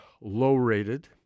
low-rated